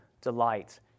delight